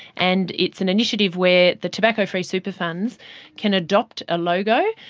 and it's an initiative where the tobacco-free super funds can adopt a logo,